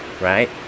Right